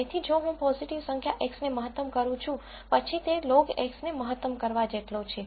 તેથી જો હું પોઝીટીવ સંખ્યા X ને મહત્તમ કરું છું પછી તે લોગ X ને મહત્તમ કરવા જેટલો છે